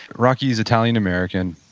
rocky's italian american,